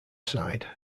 side